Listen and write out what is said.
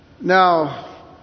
Now